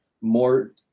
more